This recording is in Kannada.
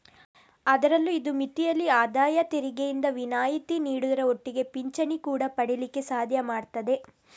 ಅದ್ರಲ್ಲೂ ಇದು ಮಿತಿಯಲ್ಲಿ ಆದಾಯ ತೆರಿಗೆಯಿಂದ ವಿನಾಯಿತಿ ನೀಡುದ್ರ ಒಟ್ಟಿಗೆ ಪಿಂಚಣಿ ಕೂಡಾ ಪಡೀಲಿಕ್ಕೆ ಸಾಧ್ಯ ಮಾಡ್ತದೆ